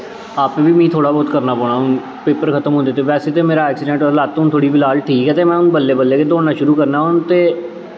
आपूं बी किश थोह्ड़ा बौह्त करना पौना पेपर खत्म होंदे ते बस मेरा ऐक्सिडैंट होए दा लत्त हून फिलहाल ठीक ऐ ते में हून बल्लें बल्लें गै दौड़ना शुरु करना हून ते